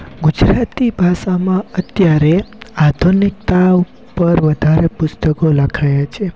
ગુજરાતી ભાષામાં અત્યારે આધુનિકતા ઉપર વધારે પુસ્તકો લખાએલાં છે